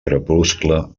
crepuscle